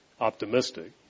optimistic